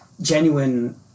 genuine